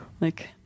Like-